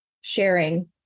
sharing